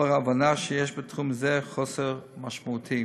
לאור ההבנה שיש בתחום זה חוסר משמעותי,